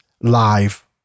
live